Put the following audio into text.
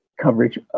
coverage